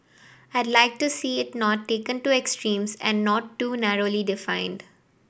I'd like to see it not taken to extremes and not too narrowly defined